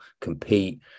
compete